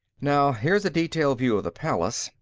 now, here's a detailed view of the palace.